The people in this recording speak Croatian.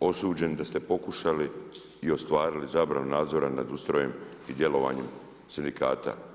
osuđeni da ste pokušali i ostvarili zabranu nadzora nad ustrojem i djelovanjem sindikata.